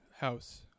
house